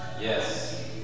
Yes